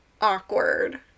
awkward